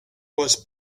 was